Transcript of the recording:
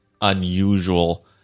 unusual